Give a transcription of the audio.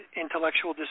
intellectual